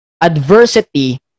adversity